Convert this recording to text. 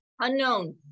unknown